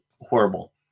Horrible